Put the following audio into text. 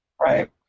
Right